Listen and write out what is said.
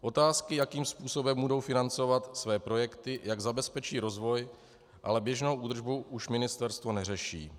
Otázky, jakým způsobem budou financovat své projekty, jak zabezpečí rozvoj, ale běžnou údržbu už ministerstvo neřeší.